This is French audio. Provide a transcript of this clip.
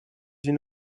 une